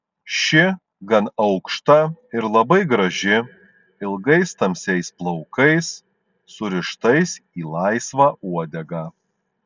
ši gan aukšta ir labai graži ilgais tamsiais plaukais surištais į laisvą uodegą